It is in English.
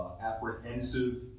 Apprehensive